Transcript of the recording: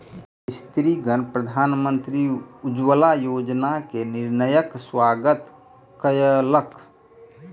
स्त्रीगण प्रधानमंत्री उज्ज्वला योजना के निर्णयक स्वागत कयलक